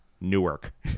Newark